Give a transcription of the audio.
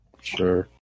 Sure